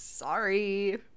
Sorry